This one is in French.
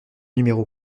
numéro